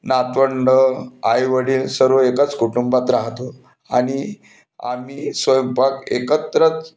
नातवंडं आई वडील सर्व एकाच कुटुंबात राहतो आहे आणि आम्ही स्वयंपाक एकत्रच